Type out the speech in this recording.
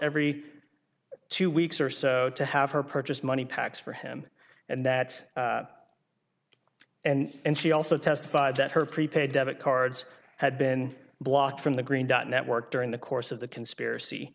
every two weeks or so to have her purchase money packs for him and that and she also testified that her prepaid debit cards had been blocked from the green dot network during the course of the conspiracy